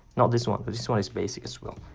not this one, but this one is basic as well